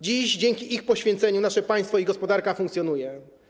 Dziś dzięki ich poświęceniu nasze państwo i gospodarka funkcjonują.